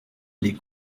les